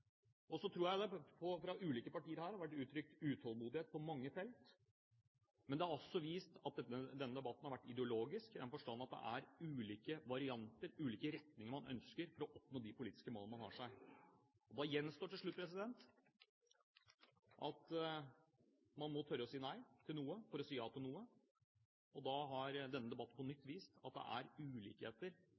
bevare. Så tror jeg det fra ulike partier her har vært uttrykt utålmodighet på mange felt, men det har også vist at denne debatten har vært ideologisk, i den forstand at det er ulike varianter, ulike retninger, man ønsker for å oppnå de politiske målene man har. Da gjenstår dette til slutt: Man må tørre å si nei til noe for å si ja til noe. Da har denne debatten på nytt vist at det er